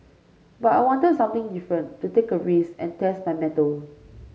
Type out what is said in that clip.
but I wanted something different to take a risk and test my mettle